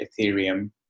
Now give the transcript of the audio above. Ethereum